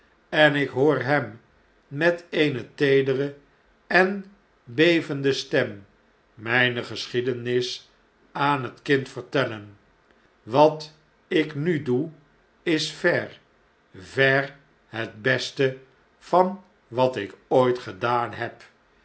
en ik hoor hem met eene teedere en bevende stem nrn'ne geschiedenis aan het kind vertellen wat ik nu doe is ver ver het beste van wat ik ooit gedaan heb